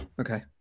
Okay